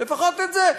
לפחות את זה.